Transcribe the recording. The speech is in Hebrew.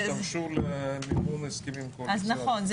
ישתמשו למימון ההסכמים הקואליציוניים או הסכמים אחרים.